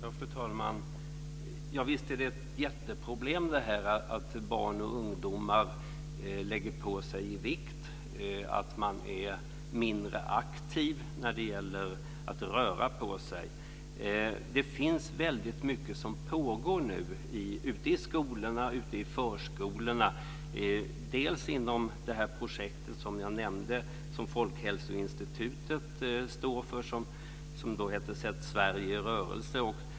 Fru talman! Visst är det ett jätteproblem att barn och ungdomar lägger på sig vikt och att man är mindre aktiv när det gäller att röra på sig. Det pågår väldigt mycket ute i skolorna och i förskolorna, bl.a. inom det projekt som jag nämnde som Folkhälsoinstitutet står för och som heter Sätt Sverige i rörelse.